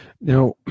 Now